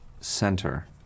center